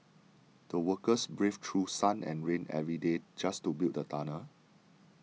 the workers braved through sun and rain every day just to build the tunnel